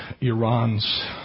Iran's